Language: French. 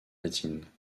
latine